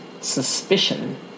suspicion